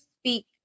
speak